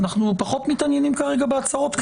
אנחנו פחות מתעניינים כרגע בהצהרות כלליות.